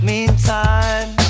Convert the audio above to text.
Meantime